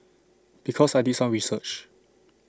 because I did some research